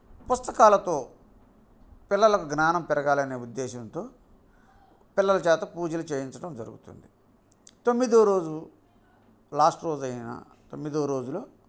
పుస్తకాలతో పిల్లల జ్ఞానం పెరగాలనే ఉద్దేశంతో పిల్లలచేత పూజలు చేయించడం జరుగుతుంది తొమ్మిదవ రోజు లాస్ట్ రోజైన తొమ్మిదవ రోజులో